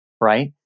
right